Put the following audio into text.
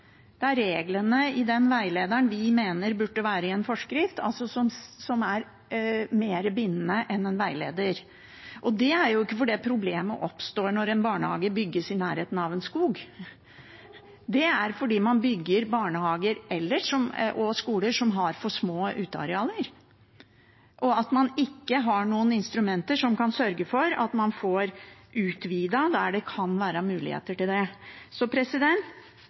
reglene i den veilederen vi mener burde være i en forskrift, som er mer bindende enn en veileder. Det er jo ikke slik at problemet oppstår når en barnehage bygges i nærheten av en skog. Det er fordi man bygger barnehager og skoler som har for små utearealer, og fordi man ikke har noen instrumenter som kan sørge for at man får utvidet der det kan være muligheter til det.